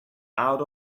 out